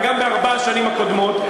וגם בארבע השנים הקודמות,